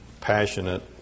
passionate